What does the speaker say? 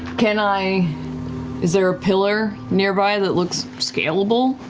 can i is there a pillar nearby that looks scalable?